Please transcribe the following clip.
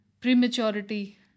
Prematurity